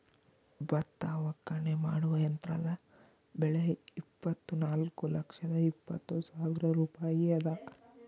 ಭತ್ತ ಒಕ್ಕಣೆ ಮಾಡುವ ಯಂತ್ರದ ಬೆಲೆ ಇಪ್ಪತ್ತುನಾಲ್ಕು ಲಕ್ಷದ ಎಪ್ಪತ್ತು ಸಾವಿರ ರೂಪಾಯಿ ಅದ